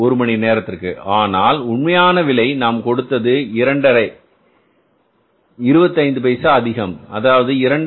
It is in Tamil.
25 ஒரு மணி நேரத்திற்கு ஆனால் உண்மையான விலை நாம் கொடுத்தது 25 பைசா அதிகம் அதாவது 2